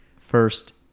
First